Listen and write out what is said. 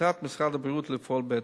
והנחתה את משרד הבריאות לפעול בהתאם.